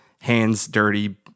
hands-dirty